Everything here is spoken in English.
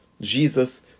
Jesus